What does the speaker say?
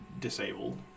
Disabled